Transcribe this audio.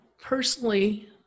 personally